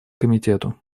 комитету